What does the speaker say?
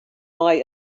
mei